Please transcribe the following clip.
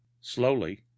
slowly